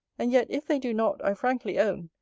and yet, if they do not, i frankly own,